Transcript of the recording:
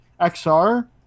XR